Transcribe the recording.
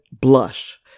blush